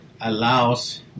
allows